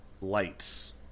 lights